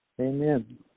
Amen